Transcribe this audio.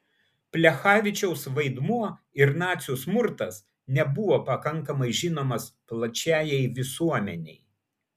plechavičiaus vaidmuo ir nacių smurtas nebuvo pakankamai žinomas plačiajai visuomenei